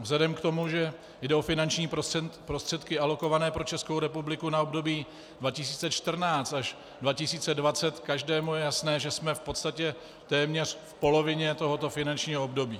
Vzhledem k tomu, že jde o finanční prostředky alokované pro Českou republiku na období 2014 až 2020, každému je jasné, že jsme v podstatě téměř v polovině tohoto finančního období.